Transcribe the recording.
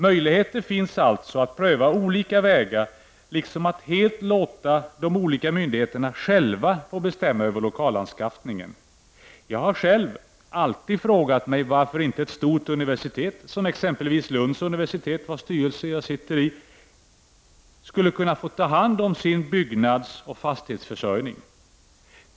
Möjligheter finns alltså att pröva olika vägar, liksom att helt låta de olika myndigheterna själva få bestämma över lokalanskaffningen. Jag har själv alltid frågat mig varför inte ett stort universitet, som exempelvis Lunds universitet, i vars styrelse jag sitter, skulle kunna få ta hand om sin byggnadsoch fastighetsförsörjning.